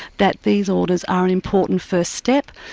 that these orders are an important first step.